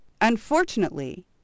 Unfortunately